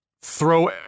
throw